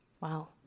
Wow